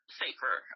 safer